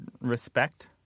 Respect